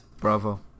Bravo